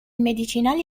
medicinali